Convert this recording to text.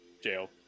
jail